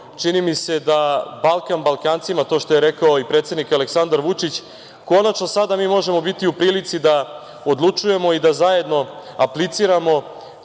čini mi se da Balkan Balkancima, to što je rekao i predsednik, Aleksandar Vučić, konačno sada mi možemo biti u prilici da odlučujemo i da zajedno apliciramo